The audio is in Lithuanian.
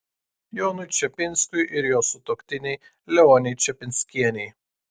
jonui čepinskiui ir jo sutuoktinei leonei čepinskienei